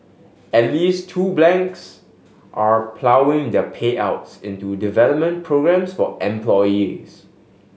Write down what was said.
at least two blanks are ploughing their payouts into development programmes for employees